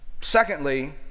Secondly